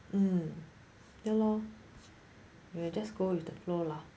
um ya lor we'll just go with the flow lah